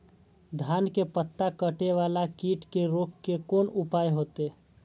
धान के पत्ता कटे वाला कीट के रोक के कोन उपाय होते?